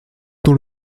dans